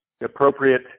appropriate